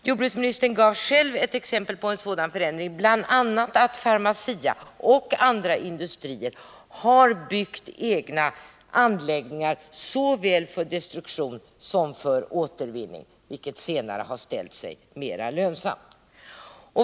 Jordbruksministern gav själv ett exempel på en sådan förändring, dvs. att Pharmacia och andra industrier har byggt egna anläggningar såväl för destruktion som för återvinning, vilket senare har ställt sig mera lönsamt.